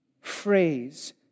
phrase